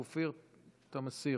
אופיר, אתה מסיר.